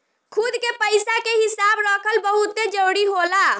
खुद के पइसा के हिसाब रखल बहुते जरूरी होला